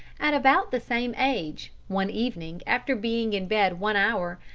at about the same age, one evening after being in bed one hour,